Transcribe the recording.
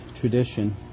tradition